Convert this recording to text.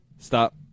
Stop